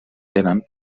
tenen